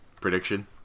prediction